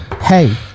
hey